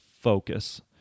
focus